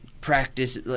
practice